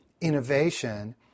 innovation